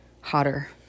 hotter